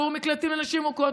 שהוא מקלטים לנשים מוכות.